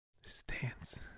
Stance